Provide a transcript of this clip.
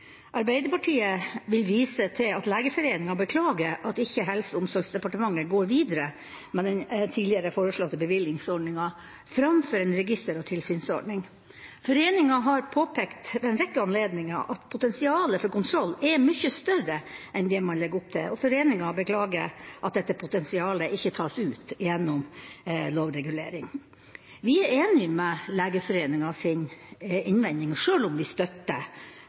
Arbeiderpartiet vil vise til at Legeforeningen beklager at Helse- og omsorgsdepartementet ikke går videre med den tidligere foreslåtte bevillingsordningen framfor en register- og tilsynsordning. Foreningen har påpekt ved en rekke anledninger at potensialet for kontroll er mye større enn det man legger opp til, og foreningen beklager at dette potensialet ikke tas ut gjennom lovregulering. Vi er enig i Legeforeningens innvending, sjøl om vi støtter